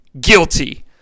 guilty